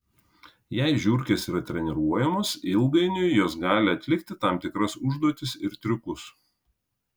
jei žiurkės yra treniruojamos ilgainiui jos gali atlikti tam tikras užduotis ir triukus